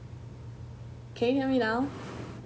can you hear me now